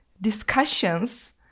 discussions